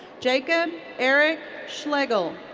jakob erich schlegel.